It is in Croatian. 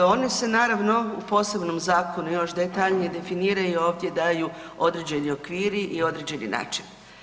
One se naravno u posebnom zakonu još detaljnije definiraju i ovdje daju određeni okviri i određeni način.